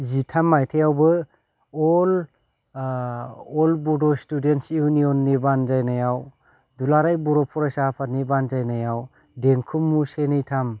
जिथाम माइथायावबो all all Bodo students union नि बानजायनायाव दुलाराय बर' फरायसा आफादनि बानजायनायाव देंखो मु से नै थाम